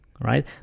right